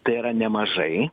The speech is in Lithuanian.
tai yra nemažai